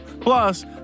Plus